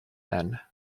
then